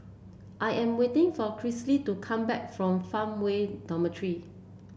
I am waiting for Chrissy to come back from Farmway Dormitory